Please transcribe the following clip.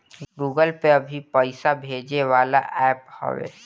Google Pay भी पईसा भेजे वाला एप्प हवे